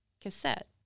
cassette